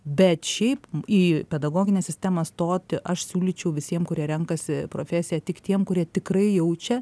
bet šiaip į pedagoginę sistemą stoti aš siūlyčiau visiem kurie renkasi profesiją tik tiem kurie tikrai jaučia